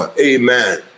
amen